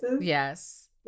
yes